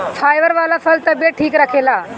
fibre वाला फल तबियत ठीक रखेला